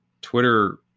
Twitter